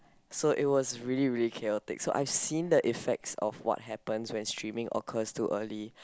so it was really really chaotic so I have seen the effect of what happened when streaming occurs too early